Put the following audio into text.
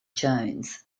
jones